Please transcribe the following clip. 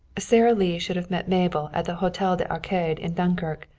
sara lee should have met mabel at the hotel des arcades in dunkirk,